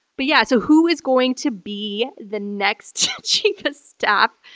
but yeah, so who is going to be the next chief of staff?